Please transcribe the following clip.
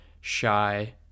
shy